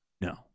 No